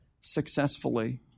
successfully